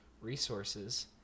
resources